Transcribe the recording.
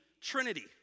trinity